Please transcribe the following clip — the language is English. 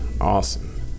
Awesome